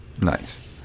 Nice